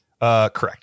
Correct